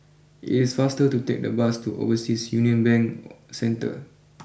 it's faster to take the bus to Overseas Union Bank Centre